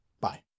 bye